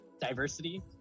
diversity